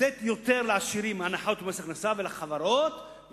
לתת יותר לעשירים ולחברות: הנחות במס הכנסה,